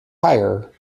higher